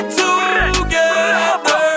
together